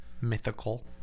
mythical